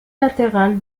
latérales